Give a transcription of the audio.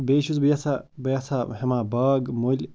بیٚیہِ چھُس بہٕ یَژھان بہٕ یَژھا ہٮ۪مہٕ ہا باغ مٔلۍ